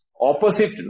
opposite